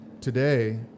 Today